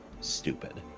stupid